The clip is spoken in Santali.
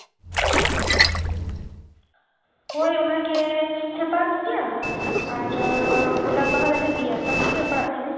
ᱦᱳᱭ ᱚᱱᱟ ᱜᱮ ᱦᱟᱛᱟᱣ ᱠᱮᱭᱟ ᱟᱨ ᱜᱳᱞᱯ ᱵᱟᱦᱟ ᱫᱟᱨᱮ ᱯᱮᱭᱟ ᱛᱟᱞᱦᱮ ᱛᱤᱱᱟᱹᱜ ᱯᱟᱲᱟᱜ ᱛᱤᱧᱟᱹ